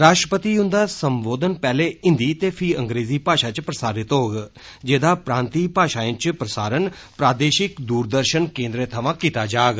राष्ट्रपति हन्दा सम्बोधन पैहले हिन्दी ते फ्ही अंग्रेजी भाषा च प्रसारित होग जेहदा प्रांतिय भाषाएं च प्रसारण प्रादेशिक दूरदर्शन केन्द्रे थवां कित्ता जाग